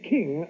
King